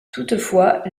toutefois